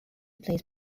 plays